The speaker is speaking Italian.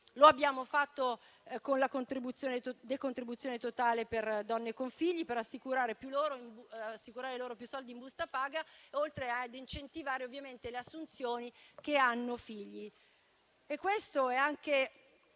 Lo abbiamo fatto con la decontribuzione totale per donne con figli, per assicurare loro più soldi in busta paga, oltre ad incentivare ovviamente le assunzioni di donne che hanno figli.